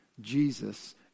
Jesus